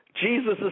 Jesus